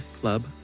Club